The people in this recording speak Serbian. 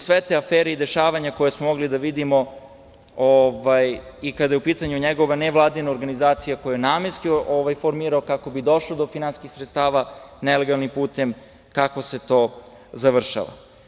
Sve te afere i dešavanja koje smo mogli da vidimo, kada je u pitanju njegova nevladina organizacija koju je namenski formirao kako bi došao do finansijskih sredstva nelegalnim putem, kako se to završava.